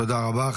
תודה רבה.